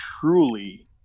truly